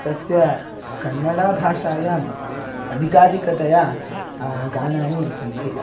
तस्य कन्नडाभाषायाम् अधिकाधिकतया गानानि सन्ति